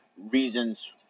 reasons